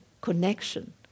connection